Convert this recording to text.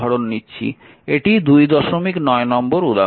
এটি 29 নম্বর উদাহরণ